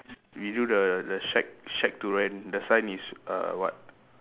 we do the the shack shack to rent the sign is uh what